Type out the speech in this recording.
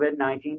COVID-19